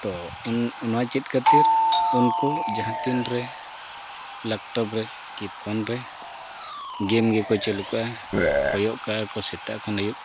ᱛᱚ ᱚᱱᱟ ᱪᱮᱫ ᱠᱷᱟᱹᱛᱤᱨ ᱩᱱᱠᱩ ᱡᱟᱦᱟᱸ ᱛᱤᱱ ᱨᱮ ᱞᱮᱯᱴᱚᱯ ᱨᱮ ᱠᱤ ᱯᱷᱳᱱ ᱨᱮ ᱜᱮᱢ ᱜᱮᱠᱚ ᱪᱟᱹᱞᱩ ᱠᱟᱜᱼᱟ ᱠᱚᱭᱚᱜ ᱠᱟᱜᱼᱟ ᱠᱚ ᱥᱮᱛᱟᱜ ᱠᱷᱚᱱ ᱟᱹᱭᱩᱵ